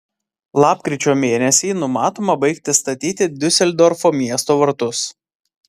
lapkričio mėnesį numatoma baigti statyti diuseldorfo miesto vartus